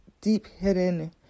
deep-hidden